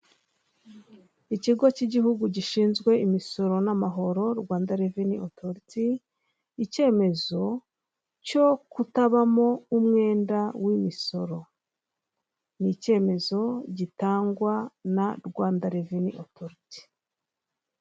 Ikigo cy'igihugu gishinzwe imisoro n'amahoro rwanda reveni otoriti icyemezo cyo kutabamo umwenda w'imisoro ni icyemezo gitangwa na rwanda reveni otoriti.